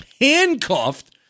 handcuffed